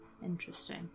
Interesting